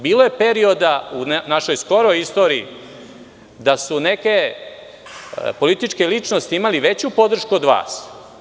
Bilo je perioda u našoj skorijoj istoriji da su neke političke ličnosti imale veću podršku od vas.